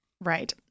Right